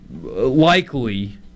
likely